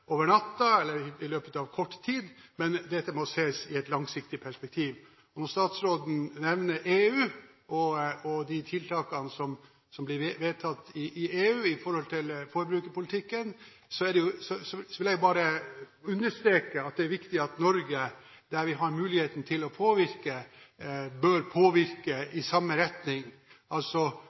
eller i løpet av kort tid, dette må ses i et langsiktig perspektiv. Når statsråden nevner EU og de tiltakene som ble vedtatt i EU i forhold til forbrukerpolitikken, vil jeg bare understreke at det er viktig at Norge – der vi har muligheten til å påvirke – bør påvirke i samme retning.